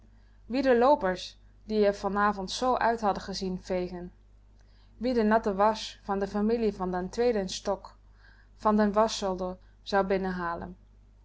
de loopers die r vanavond zoo uit hadden gezien vegen wie de natte wasch van de familie van den tweeden stock van den waschzolder zou